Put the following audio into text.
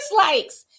dislikes